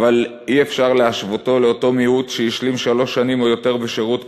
אבל אי-אפשר להשוותו לאותו מיעוט שהשלים שלוש שנים או יותר בשירות קרבי,